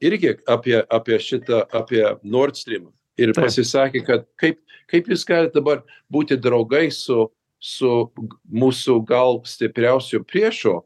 irgi apie apie šitą apie nordstrim ir pasisakė kad kaip kaip viską dabar būti draugais su su mūsų gal stipriausiu priešu